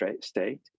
state